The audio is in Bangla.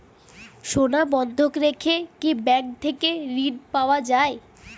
সোনা বন্ধক রেখে কি ব্যাংক থেকে ঋণ পাওয়া য়ায়?